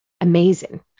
amazing